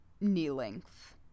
knee-length